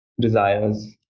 desires